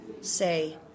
say